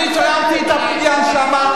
אני תרמתי את הבניין שם.